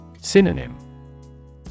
Synonym